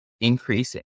increasing